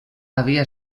havia